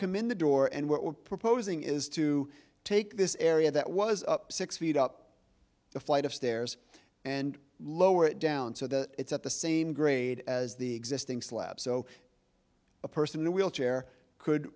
come in the door and what we're proposing is to take this area that was up six feet up the flight of stairs and lower it down so that it's at the same grade as the existing slab so a person in a wheelchair could